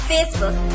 Facebook